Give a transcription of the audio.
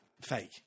fake